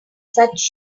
such